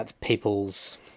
people's